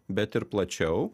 bet ir plačiau